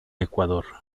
ecuador